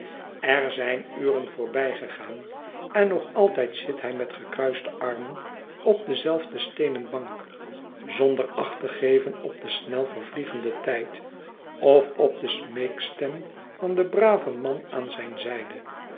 er z yn uren voorbijgegaan en nog altijd zit hij met gekruiste armen op dezelfde steenen bank zonder acht te geven op den snel vervliegenden tijd of op de smeekstem van den braven man aan zijn zijde